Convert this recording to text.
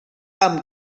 amb